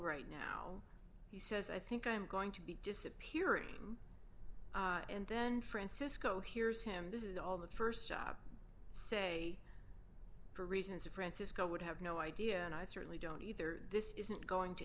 right now he says i think i'm going to be disappearing and then francisco hears him this is all the st job say for reasons of francisco would have no idea and i certainly don't either this isn't going to